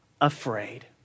afraid